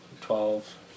twelve